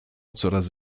coraz